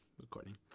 Recording